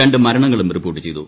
രണ്ട് മരണങ്ങളും report ചെയ്തു